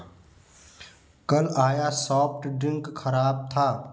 कल आया soft drink खराब था